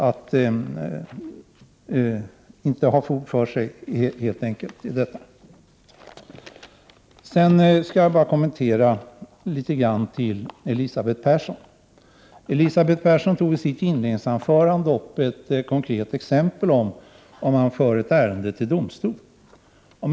Sedan vill jag göra en kommentar till Elisabeth Persson. Hon tog i sitt inledningsanförande upp ett konkret exempel på ett ärende som förs till domstol.